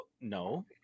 No